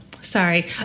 Sorry